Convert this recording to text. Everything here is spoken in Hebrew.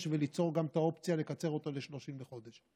וליצור גם את האופציה לקצר אותו ל-30 חודשים.